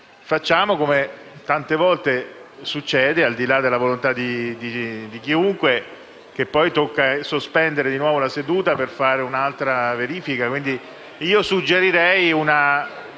rischiamo, come tante volte succede al di là della volontà di chiunque, di dover sospendere di nuovo la seduta per fare un'altra verifica. Suggerirei